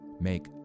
make